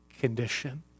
condition